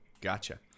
Gotcha